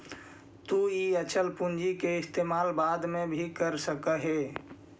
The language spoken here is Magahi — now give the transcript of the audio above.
तु इ अचल पूंजी के इस्तेमाल बाद में भी कर सकऽ हे